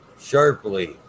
sharply